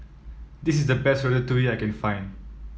this is the best Ratatouille that I can find